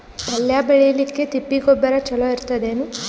ಪಲ್ಯ ಬೇಳಿಲಿಕ್ಕೆ ತಿಪ್ಪಿ ಗೊಬ್ಬರ ಚಲೋ ಇರತದೇನು?